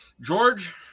George